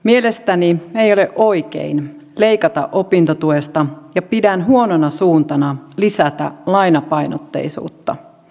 mielestäni ei ole oikein leikata opintotuesta ja pidän huonona suuntana lisätä lainapainotteisuutta